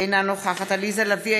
אינה נוכחת עליזה לביא,